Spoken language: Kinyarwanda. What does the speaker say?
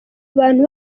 abantu